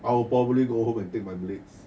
I will probably go home and take my blades